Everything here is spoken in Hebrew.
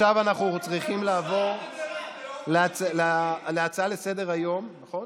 נעבור להצעה לסדר-היום בנושא: